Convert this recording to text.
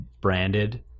branded